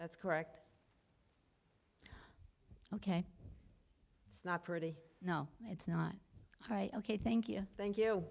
that's correct ok it's not pretty no it's not high ok thank you thank you